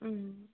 ம்